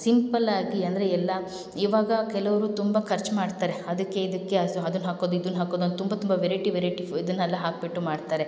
ಸಿಂಪಲ್ಲಾಗಿ ಅಂದರೆ ಎಲ್ಲ ಇವಾಗ ಕೆಲವರು ತುಂಬ ಖರ್ಚು ಮಾಡ್ತಾರೆ ಅದಕ್ಕೆ ಇದಕ್ಕೆ ಸೊ ಅದನ್ನು ಹಾಕೋದು ಇದನ್ನು ಹಾಕೋದು ಅಂದು ತುಂಬ ತುಂಬ ವೆರೈಟಿ ವೆರೈಟಿ ಫು ಇದನ್ನೆಲ್ಲ ಹಾಕಿಬಿಟ್ಟು ಮಾಡ್ತಾರೆ